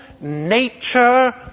nature